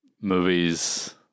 movies